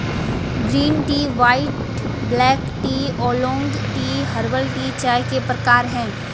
green tea white black tea oolong tea herbal tea चाय के प्रकार है